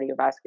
cardiovascular